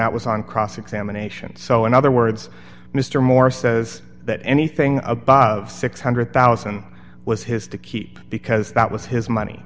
that was on cross examination so in other words mr moore says that anything above six hundred thousand was his to keep because that was his money